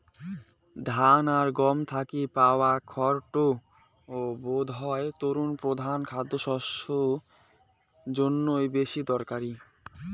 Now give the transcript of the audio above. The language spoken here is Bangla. ধান আর গম থাকি পাওয়া খড় টো বোধহয় তারুর প্রধান খাদ্যশস্য জইন্যে বেশি দরকারি